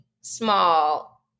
small